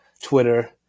Twitter